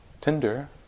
Tinder